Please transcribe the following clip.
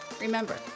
remember